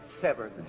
severed